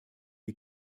die